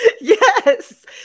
Yes